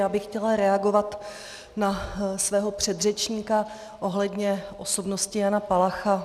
Já bych chtěla reagovat na svého předřečníka ohledně osobnosti Jana Palacha.